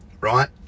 right